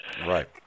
Right